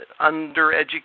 undereducated